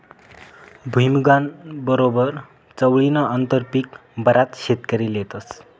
भुईमुंगना बरोबर चवळीनं आंतरपीक बराच शेतकरी लेतस